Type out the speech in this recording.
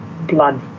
blood